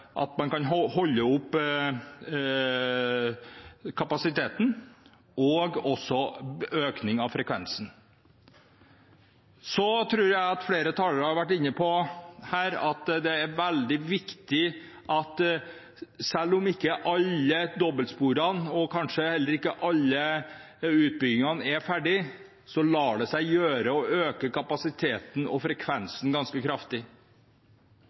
at man både kan holde oppe kapasiteten og også øke frekvensen. Så tror jeg at flere talere har vært inne på her at det er veldig viktig at selv om ikke alle dobbeltsporene og kanskje heller ikke alle utbyggingene er ferdig, lar det seg gjøre å øke kapasiteten og frekvensen ganske kraftig